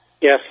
Yes